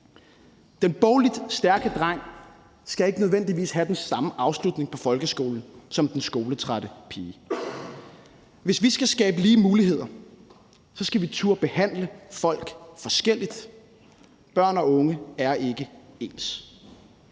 Den bogligt stærke dreng skal ikke nødvendigvis have den samme afslutning på folkeskolen som den skoletrætte pige. Hvis vi skal skabe lige muligheder, skal vi turde behandle folk forskelligt; børn og unge er ikke ens.